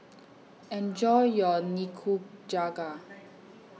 Enjoy your Nikujaga